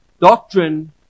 doctrine